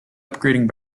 upgrading